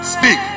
Speak